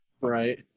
Right